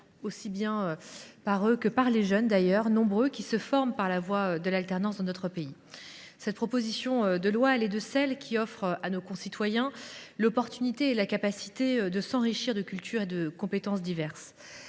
l’apprentissage que des jeunes, nombreux, qui se forment par la voie de l’alternance dans notre pays. Cette proposition de loi est de celles qui offrent à nos concitoyens l’opportunité et la capacité de s’enrichir de cultures et de compétences diverses.